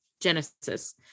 Genesis